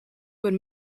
would